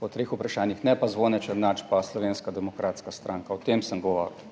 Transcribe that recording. o treh vprašanjih, ne pa Zvone Černač pa Slovenska demokratska stranka. O tem sem govoril.